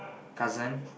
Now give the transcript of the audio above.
cousin